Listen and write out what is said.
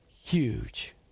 huge